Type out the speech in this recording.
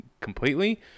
completely